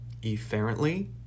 efferently